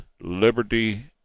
liberty